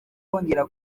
wongera